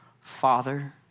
Father